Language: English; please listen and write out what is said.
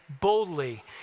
boldly